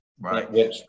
right